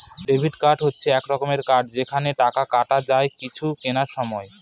debit card হচ্ছে এক রকমের কার্ড যেখানে টাকা কাটা যায় কিছু কেনার সময়